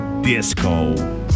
Disco